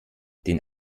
den